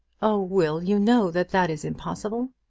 oh, will you know that that is impossible.